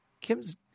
Kim's